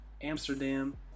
Amsterdam